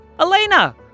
Elena